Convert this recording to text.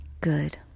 good